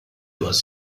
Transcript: was